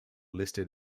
listed